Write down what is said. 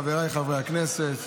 חבריי חברי הכנסת,